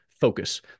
focus